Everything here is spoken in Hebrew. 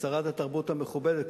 שרת התרבות המכובדת,